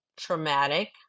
traumatic